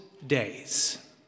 days